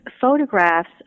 photographs